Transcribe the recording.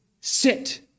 sit